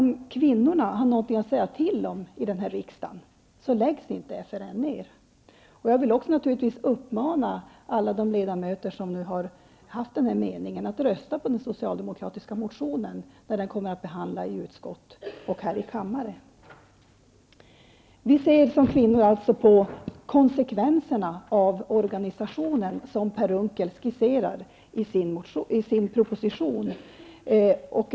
Om kvinnorna har någonting att säga till om i denna riksdag så kommer inte FRN att läggas ned. Jag vill naturligtvis också uppmana alla ledamöter som delat denna mening att rösta på den socialdemokratiska motionen när den kommer upp till behandling i utskott och kammare. Som kvinnor ser vi alltså på konsekvenserna av den organisation som Per Unckel skisserar i sin proposition.